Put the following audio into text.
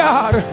God